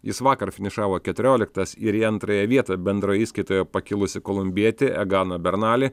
jis vakar finišavo keturioliktas ir į antrąją vietą bendroje įskaitoje pakilusį kolumbietį egano bernalį